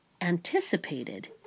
anticipated